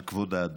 על כבוד האדם,